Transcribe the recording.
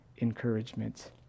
encouragement